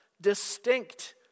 distinct